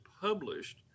published